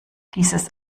dieses